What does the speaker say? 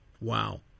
Wow